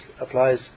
applies